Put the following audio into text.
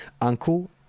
Uncle